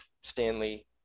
Stanley